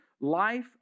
life